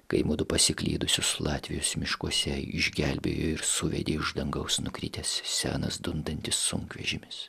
kai mudu pasiklydusius latvijos miškuose išgelbėjo ir suvedė iš dangaus nukritęs senas dundantis sunkvežimis